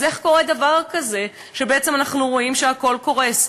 אז איך קורה דבר כזה שבעצם אנחנו רואים שהכול קורס?